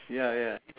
ya ya